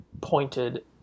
pointed